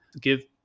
give